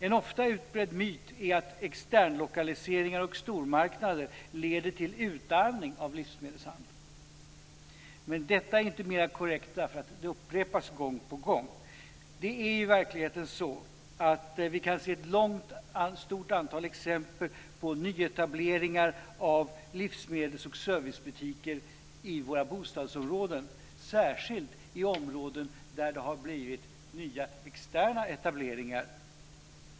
En ofta utbredd myt är att externlokaliseringar och stormarknader leder till utarmning av livsmedelshandeln. Det blir dock inte mer korrekt bara för att det upprepas gång på gång. Det är i verkligheten så att vi kan se ett stort antal exempel på nyetableringar av livsmedelsoch servicebutiker i våra bostadsområden, särskilt i områden där det har blivit nya, externa etableringar.